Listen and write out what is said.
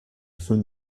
from